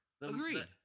Agreed